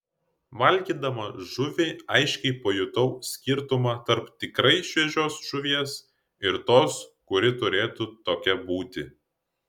valgydama žuvį aiškiai pajutau skirtumą tarp tikrai šviežios žuvies ir tos kuri turėtų tokia būti